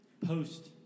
post